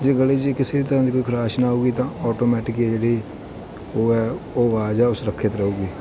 ਜੇ ਗਲੇ 'ਚ ਕਿਸੇ ਵੀ ਤਰ੍ਹਾਂ ਦੀ ਕੋਈ ਖਰਾਸ਼ ਨਾ ਆਉਗੀ ਤਾਂ ਆਟੋਮੈਟਿਕ ਹੀ ਹੈ ਜਿਹੜੀ ਉਹ ਹੈ ਉਹ ਆਵਾਜ਼ ਹੈ ਉਹ ਸੁਰੱਖਿਅਤ ਰਹੇਗੀ